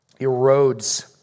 erodes